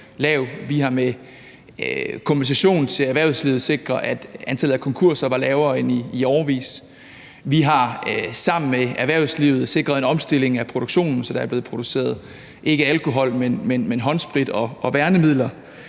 vi har med en kompensation til erhvervslivet sikret, at antallet af konkurser har været lavere end i årevis, vi har sammen med erhvervslivet sikret en omstilling af produktionen, så der er blevet produceret ikke alkohol, men håndsprit og værnemidler,